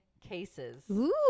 cases